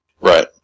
Right